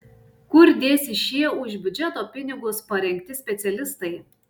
kur dėsis šie už biudžeto pinigus parengti specialistai